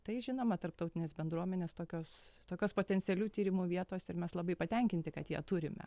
tai žinoma tarptautinės bendruomenės tokios tokios potencialių tyrimų vietos ir mes labai patenkinti kad ją turime